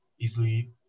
easily –